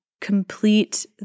complete